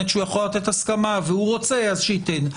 שהוא יכול לתת הסכמה והוא רוצה אז שייתן.